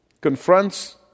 confronts